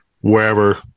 wherever